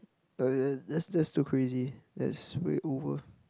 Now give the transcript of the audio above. err that's that's too crazy that's way over